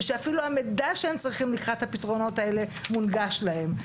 ואפילו המידע שהם צריכים לקראת הפתרונות האלה מונגש להם.